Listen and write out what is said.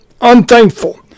unthankful